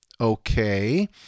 Okay